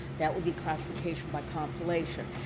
that would be classification by compilation.